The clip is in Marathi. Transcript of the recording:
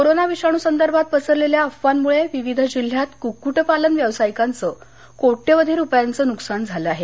कोरोना विषाणू संदर्भात पसरलेल्या अफवांमुळे विविध जिल्ह्यात कुकुटपालन व्यावसायिकांचं कोट्यवधी रुपयांचं नुकसान झालं आहे